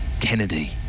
Kennedy